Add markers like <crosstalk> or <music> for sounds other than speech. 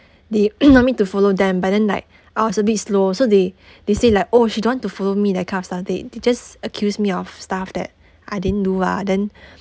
they <coughs> want me to follow them but then like I was a bit slow so they <breath> they say like oh she don't want to follow me that kind of stuff they they just accuse me of stuff that I didn't do lah then